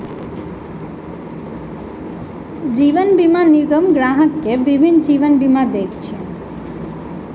जीवन बीमा निगम ग्राहक के विभिन्न जीवन बीमा दैत अछि